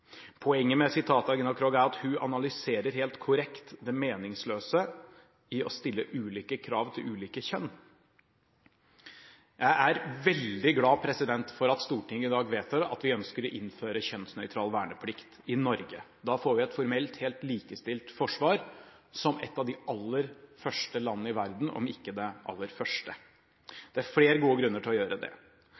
Poenget med sitatet av Gina Krog er at hun analyserer helt korrekt det meningsløse i å stille ulike krav til ulike kjønn. Jeg er veldig glad for at Stortinget i dag vedtar at vi ønsker å innføre kjønnsnøytral verneplikt i Norge. Da får vi et formelt helt likestilt forsvar som et av de aller første landene i verden, om ikke det aller første. Det er flere gode grunner til å gjøre det: